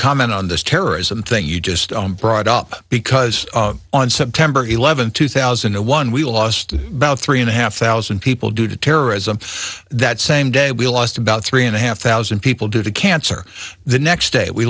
comment on this terrorism thing you just brought up because on september eleventh two thousand and one we lost about three and a half thousand people due to terrorism that same day we lost about three and a half thousand people due to cancer the next day we